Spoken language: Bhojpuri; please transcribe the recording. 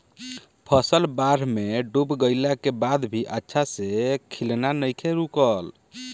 फसल बाढ़ में डूब गइला के बाद भी अच्छा से खिलना नइखे रुकल